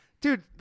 Dude